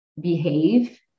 behave